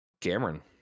Cameron